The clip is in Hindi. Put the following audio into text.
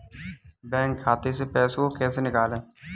बैंक खाते से पैसे को कैसे निकालें?